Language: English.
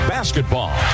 Basketball